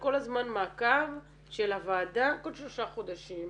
כל הזמן מעקב של הוועדה כל שלושה חודשים.